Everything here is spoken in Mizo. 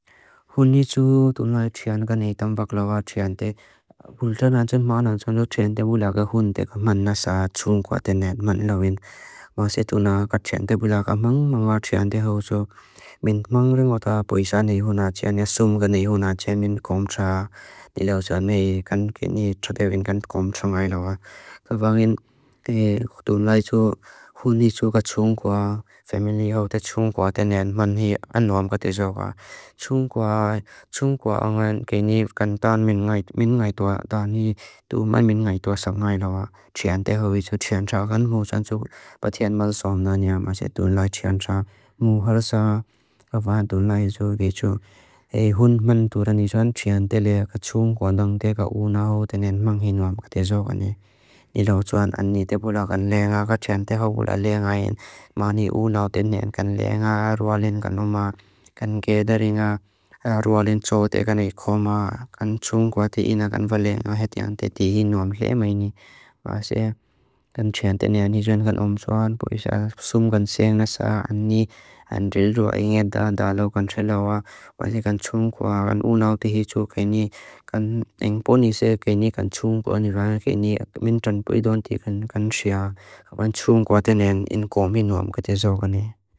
ḏún ní tsu tún lái tsián ganeitámbák láuá tsiánte, búl tán ántsán mán ántsán tsiánte búláka húnde ka man ásá tsiúng kua tén át man láuín. Wáa sé tún lái ká tsiánte búláka máng máng wáa tsiánte háu tsuá, min tmáng ring átá búi sáni húna tsiáni ásúm ganei húna tsiáni min kómsa ní láu sámi kán kéni tsúte vin kán kómsa ngái láuá. ḏún ní tsu tún lái tsu húni tsu ka tsiúng kua, femeni hau té tsiúng kua tén át man hí án wáam katea sá wáa. Tsiúng kua ángán kéni kan tán min áitú át táni tú man min áitú át sá ngái láuá.